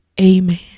Amen